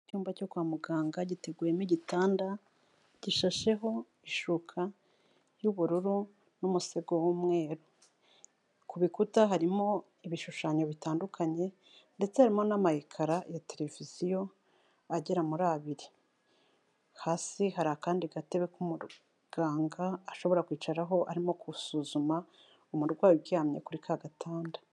Icyumba cyo kwa muganga giteguyemo igitanda gishasheho ishuka y'ubururu n'umusego w'umweru. Ku bikuta harimo ibishushanyo bitandukanye ndetse harimo n'ama ekara ya televiziyo agera muri abiri, hasi hari akandi gatebe k'umuganga ashobora kwicaraho arimo gusuzuma umurwayi uryamye kuri ka gatanda.